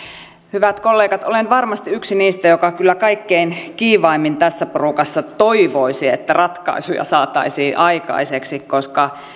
hyvät kollegat olen varmasti yksi niistä joka kyllä kaikkein kiivaimmin tässä porukassa toivoisi että ratkaisuja saataisiin aikaiseksi koska